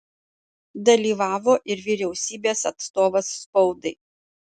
dalyvavo ir vyriausybės atstovas spaudai